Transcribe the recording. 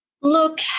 Look